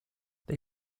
they